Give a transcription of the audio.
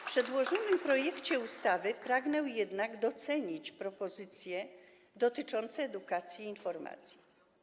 W przedłożonym projekcie ustawy pragnę jednak docenić propozycje dotyczące edukacji i informacji.